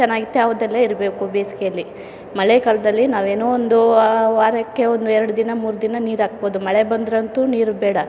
ಚೆನ್ನಾಗಿ ತೇವದಲ್ಲೇ ಇರಬೇಕು ಬೇಸಿಗೇಲಿ ಮಳೆಹಾಲದಲ್ಲಿ ನಾವೇನೋ ಒಂದು ವಾರಕ್ಕೆ ಒಂದು ಎರಡು ದಿನ ಮೂರು ದಿನ ನೀರು ಹಾಕ್ಬೋದು ಮಳೆ ಬಂದರಂತೂ ನೀರು ಬೇಡ